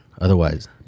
Otherwise